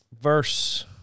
Verse